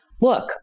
look